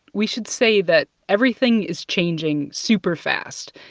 we should say that everything is changing super-fast.